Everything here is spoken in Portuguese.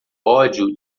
ódio